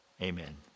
amen